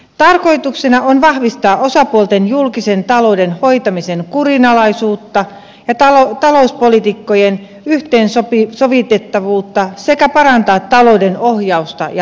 tarkoituksena on vahvistaa osapuolten julkisen talouden hoitamisen kurinalaisuutta ja talouspolitiikkojen yhteensovitettavuutta sekä parantaa talouden ohjausta ja hallintaa